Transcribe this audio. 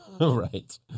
Right